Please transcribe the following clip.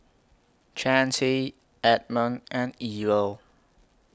Chancey Edmon and Ewell